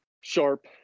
sharp